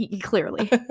Clearly